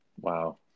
Wow